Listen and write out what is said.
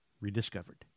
rediscovered